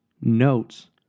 notes